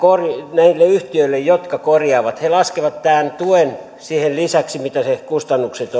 näille yhtiöille jotka korjaavat he laskevat tämän tuen siihen lisäksi mitä sen kustannukset